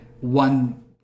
one